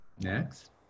Next